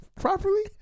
properly